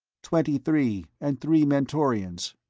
twenty-three, and three mentorians.